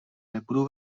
nebudu